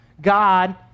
God